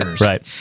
right